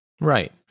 Right